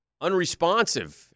unresponsive